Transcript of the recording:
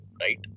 right